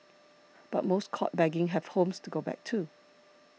but most caught begging have homes to go back to